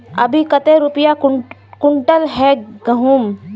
अभी कते रुपया कुंटल है गहुम?